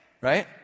right